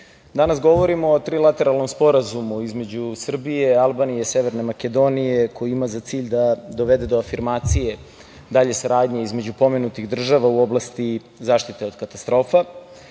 danas govorimo o trilateralnom sporazumu između Srbije, Albanije i Severne Makedonije, koji ima za cilj da dovede do afirmacije dalje saradnje između pomenutih država u oblasti zaštite od katastrofa. Ovakvi